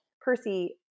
Percy